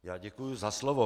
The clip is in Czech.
Já děkuji za slovo.